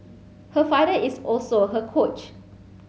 her father is also her coach